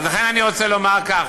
לכן, אני רוצה לומר כך,